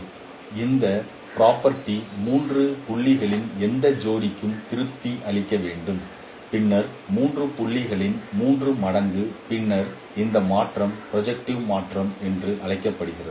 அந்த ப்ரொபேர்ட்டி மூன்று புள்ளிகளின் எந்த ஜோடிக்கும் திருப்தி அளிக்க வேண்டும் பின்னர் மூன்று புள்ளிகளின் மூன்று மடங்கு பின்னர் இந்த மாற்றம் ப்ரொஜெக்ட்டிவ் மாற்றம் என்று அழைக்கப்படுகிறது